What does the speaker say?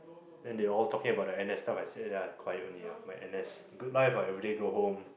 then they all talking about their N_S stuff I sit there I quiet only lah my N_S good life lah everyday go home